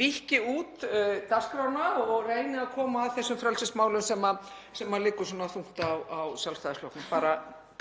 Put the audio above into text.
víkki út dagskrána og reyni að koma að þessum frelsismálum sem liggja svona þungt á Sjálfstæðisflokknum. Bara